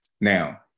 Now